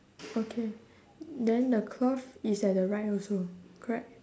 okay then the cloth is at the right also correct